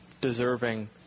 deserving